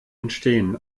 entstehen